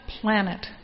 planet